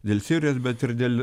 dėl sirijos bet ir dėl